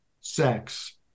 sex